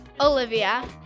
Olivia